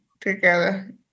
together